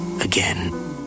again